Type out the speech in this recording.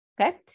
okay